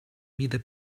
mida